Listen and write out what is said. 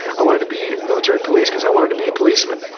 i wanted to be military police because i wanted to be a policeman.